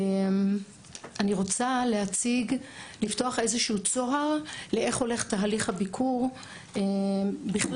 אני רוצה לפתוח איזה צוהר איך הולך תהליך הביקור בכלל